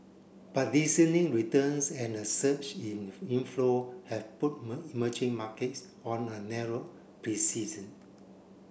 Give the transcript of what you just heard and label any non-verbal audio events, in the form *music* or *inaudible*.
but *unintelligible* returns and a surge in inflow have put *unintelligible* merging markets on a narrow *unintelligible*